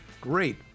great